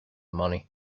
money